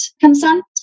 consent